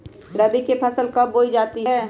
रबी की फसल कब बोई जाती है?